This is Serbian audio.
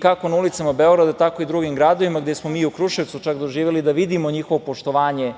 kako na ulicama Beograda, tako i u drugim gradovima. Mi smo u Kruševcu čak doživeli da vidimo njihovo poštovanje